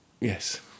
Yes